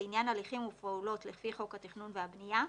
לעניין הליכים ופעולות לפי חוק התכנון והבנייה,